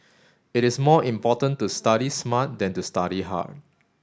it is more important to study smart than to study hard